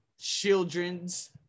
children's